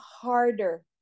harder